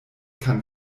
kann